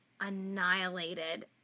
annihilated